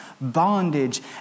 bondage